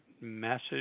message